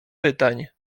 pytań